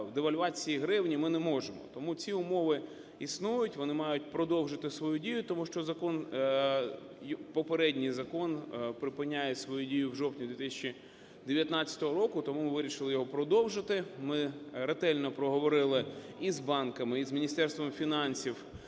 девальвації гривні ми не можемо. Тому ці умови існують, вони мають продовжити свою дію, тому що закон, попередній закон припиняє свою дію в жовтні 2019 року, тому ми вирішили його продовжити. Ми ретельно проговорили і з банками, і з Міністерством фінансів,